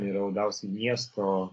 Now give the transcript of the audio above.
yra labiausiai miesto